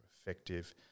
effective